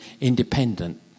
independent